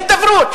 הידברות,